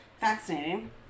fascinating